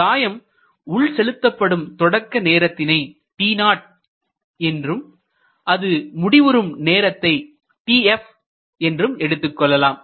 சாயம் உள் செலுத்தப்படும் தொடக்க நேரத்தை t0 என்றும் அது முடிவுறும் நேரம் tf என்றும் எடுத்துக் கொள்ளலாம்